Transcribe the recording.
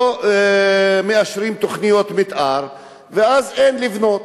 לא מאשרים תוכניות מיתאר, ואז, אין לבנות.